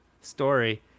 story